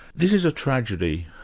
this is a tragedy,